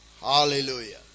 Hallelujah